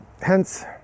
hence